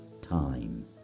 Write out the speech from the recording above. time